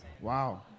Wow